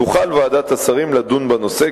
תוכל ועדת השרים לדון בנושא,